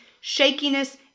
shakiness